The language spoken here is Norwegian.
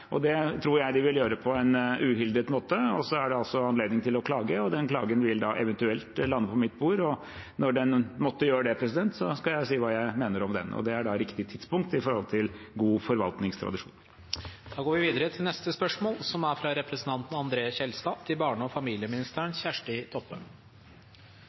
Det tror jeg de vil gjøre på en uhildet måte. Så er det altså anledning til å klage, og den klagen vil da eventuelt lande på mitt bord. Når den måtte gjøre det, skal jeg si hva jeg mener om den, og det er da riktig tidspunkt med tanke på god forvaltningstradisjon. «Vil statsråden sørge for at ukrainske flyktninger med barn vil få barnetrygd fra de får oppholdstillatelse, og at ukrainske flyktninger som er